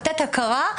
לתת הכרה,